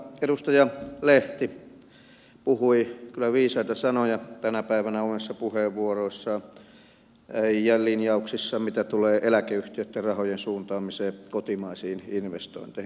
edustaja lehti puhui kyllä viisaita sanoja tänä päivänä omissa puheenvuoroissaan ja linjauksissaan mitä tulee eläkeyhtiöitten rahojen suuntaamiseen kotimaisiin investointeihin